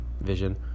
vision